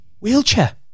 wheelchair